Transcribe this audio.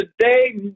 today